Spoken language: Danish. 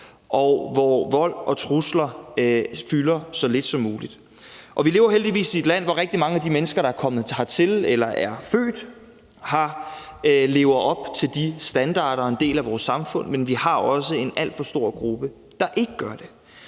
og hvor vold og trusler fylder så lidt som muligt. Vi lever heldigvis i et land, hvor rigtig mange af de mennesker, der er kommet hertil eller er født her, lever op til de standarder og er en del af vores samfund, men vi har også en alt for stor gruppe, der ikke gør det.